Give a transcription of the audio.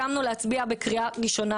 הסכמנו להצביע בקריאה ראשונה,